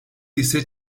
ise